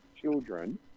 children